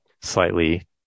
slightly